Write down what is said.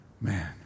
Man